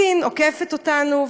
סין עוקפת אותנו,